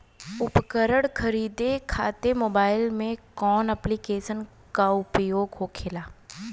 उपकरण खरीदे खाते मोबाइल में कौन ऐप्लिकेशन का उपयोग होखेला?